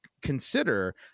consider